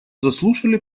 заслушали